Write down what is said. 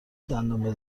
دندان